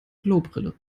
klobrille